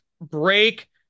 break